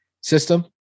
System